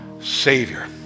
Savior